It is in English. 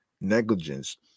negligence